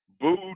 boo